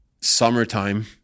summertime